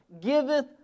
giveth